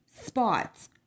spots